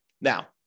Now